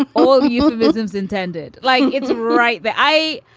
all euphemisms intended. like, it's right that i.